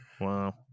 Wow